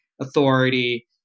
authority